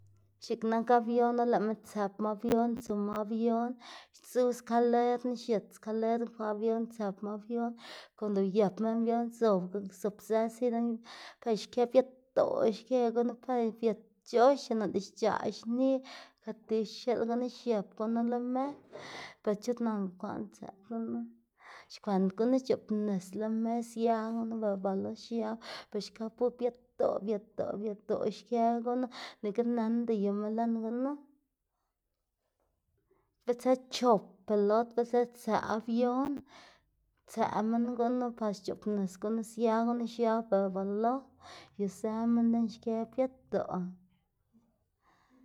X̱iꞌk nak avion or lëꞌma tsëpma avion tsuma avion dzu xkalernu xiët xkalernu kwa avion tsëpma avion konda uyëpma avion zob zobzë siy pe xkë biëdoꞌ xkë gunu pe biëc̲h̲oxe noꞌnda xc̲h̲aꞌ xni gatix x̱iꞌl gunu xiëp gunu lo me pe chut nanda bukwaꞌn tsëꞌ gunu xkwend gunu c̲h̲oꞌbnis lo me sia gunu bela lo xiab pe xka pur biëdoꞌ biëdoꞌ biëdoꞌ xkë gunu nike nënda yuma lën gunu bitser chop pilot bitser tsëꞌ avion tsëꞌ minn gunu pa xc̲h̲oꞌbis gunu sia gunu pa xiab bela ba lo yuzë minn lën xkë biëdoꞌ.